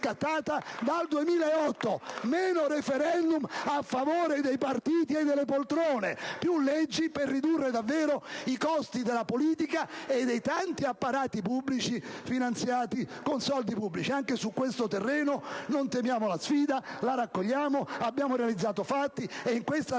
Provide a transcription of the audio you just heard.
dal Gruppo PdL).* Meno *referendum* a favore dei partiti e delle poltrone, più leggi per ridurre davvero i costi della politica e dei tanti apparati pubblici finanziati con soldi pubblici. Anche su questo terreno non temiamo la sfida, ma la raccogliamo: abbiamo realizzato fatti ed in questa